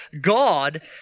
God